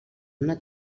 una